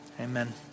amen